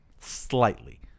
Slightly